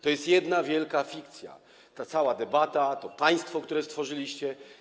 To jest jedna wielka fikcja ta cała debata, to państwo, które stworzyliście.